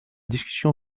discussion